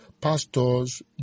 pastors